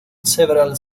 several